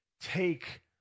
take